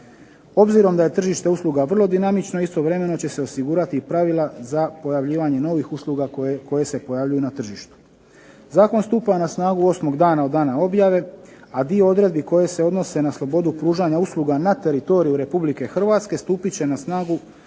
Obzirom da je tržište usluga vrlo dinamično istovremeno će se osigurati i pravila za pojavljivanje novih usluga koje se pojavljuju na tržištu. Zakon stupa na snagu osmog dana od dana objave, a dio odredbi koje se odnose na slobodu pružanja usluga na teritoriju Republike Hrvatske stupit će na snagu